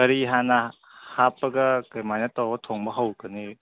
ꯀꯔꯤ ꯍꯥꯟꯅ ꯍꯥꯞꯄꯒ ꯀꯃꯥꯏꯅ ꯇꯧꯔ ꯊꯣꯡꯕ ꯍꯧꯒꯅꯤ